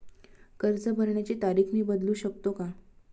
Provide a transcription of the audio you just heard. कर्ज भरण्याची तारीख मी बदलू शकतो का?